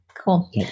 cool